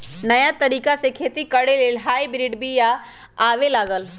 नयाँ तरिका से खेती करे लेल हाइब्रिड बिया आबे लागल